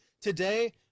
today